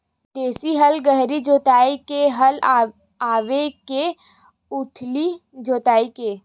देशी हल गहरी जोताई के हल आवे के उथली जोताई के?